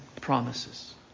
promises